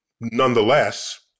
nonetheless